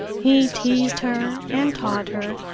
he teased her, and taught her,